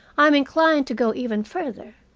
i am inclined to go even further.